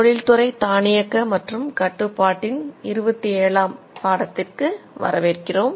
தொழில்துறை தானியக்க மற்றும் கட்டுப்பாட்டின் 27 ஆம் பாடத்திற்கு வரவேற்கிறோம்